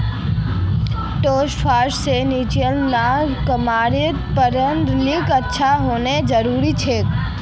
trust फंड्सेर निवेशेर त न कंपनीर रिकॉर्ड अच्छा होना जरूरी छोक